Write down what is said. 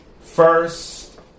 first